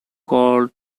called